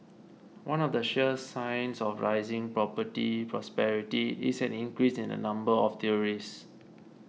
one of the sure signs of rising property prosperity is an increase in the number of tourists